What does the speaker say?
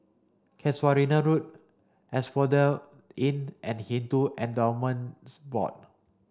Casuarina Road Asphodel Inn and Hindu Endowments Board